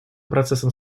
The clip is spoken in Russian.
процессом